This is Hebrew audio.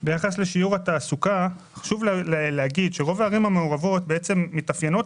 ביחס לשיעור התעסוקה חשוב להגיד שרוב הערים המעורבות מתאפיינות